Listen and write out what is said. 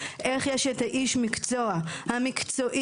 איך יש את האיש מקצוע המקצועי,